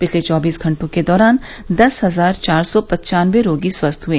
पिछले चौबीस घंटों के दौरान दस हजार चार सौ पन्चानबे रोगी स्वस्थ हुए